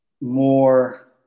more